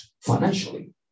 financially